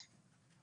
בישראל.